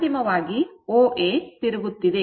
ಅಂತಿಮವಾಗಿ OA ತಿರುಗುತ್ತಿದೆ